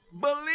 Believe